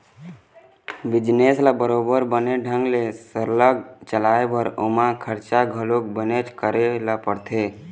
business ल बरोबर बने ढंग ले सरलग चलाय बर ओमा खरचा घलो बनेच करे ल परथे